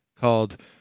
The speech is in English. called